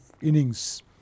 innings